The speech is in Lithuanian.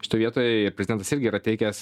šitoj vietoj prezidentas irgi yra teikęs